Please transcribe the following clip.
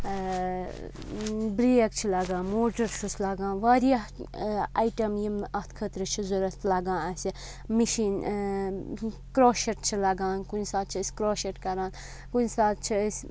brake چھِ لَگان motor چھُس لَگان واریاہ آیٹَم یِم اَتھ خٲطرٕ چھِ ضوٚرَتھ لَگان اَسہِ مِشیٖن کرٛاشٹ چھِ لَگان کُنہِ ساتہٕ چھِ أسۍ کرٛوشَٹ کَران کُنہِ ساتہٕ چھِ أسۍ